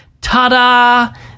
Ta-da